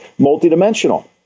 multidimensional